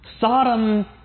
Sodom